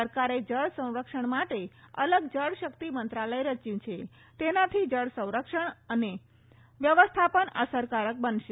સરકારે જળ સંરક્ષણ માટે અલગ જળશક્તિ મંત્રાલય રહ્યું છે તેનાથી જળસંરક્ષણ અને વ્યવસ્થાપન અસરકારક બનશે